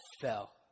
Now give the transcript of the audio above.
fell